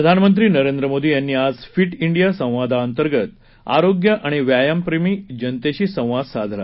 प्रधानमंत्री नरेंद्र मोदी यांनी आज फिट इंडिया संवादाअंतर्गत आरोग्य आणि व्यायामप्रेमी जनतेशी संवाद साधला